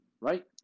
right